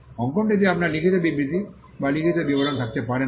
অঙ্কনটিতে আপনার লিখিত বিবৃতি বা লিখিত বিবরণ থাকতে পারে না